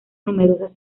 numerosas